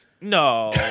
No